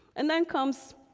and then comes,